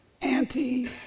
anti